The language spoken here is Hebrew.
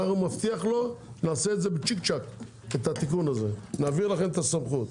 אני מבטיח לו שנעשה את התיקון הזה צ'יק-צ'ק ונעביר לכם את הסמכות.